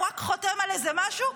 הוא רק חותם על איזה משהו,